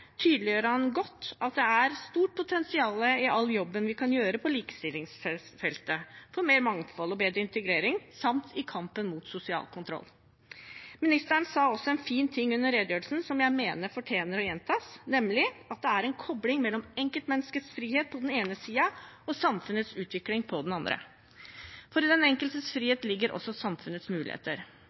tydeliggjør han godt at det er stort potensial i all jobben vi kan gjøre på likestillingsfeltet for mer mangfold og bedre integrering samt i kampen mot sosial kontroll. Ministeren sa også en fin ting under redegjørelsen som jeg mener fortjener å gjentas, nemlig at det er en kobling mellom enkeltmenneskets frihet på den ene siden og samfunnets utvikling på den andre. For i den enkeltes frihet ligger også samfunnets muligheter.